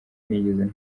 nigeze